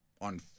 on